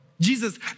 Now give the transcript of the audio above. Jesus